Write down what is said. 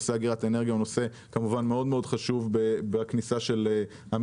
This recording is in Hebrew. שהוא נושא מאוד חשוב בכניסת האנרגיות